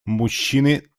мужчины